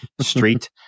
street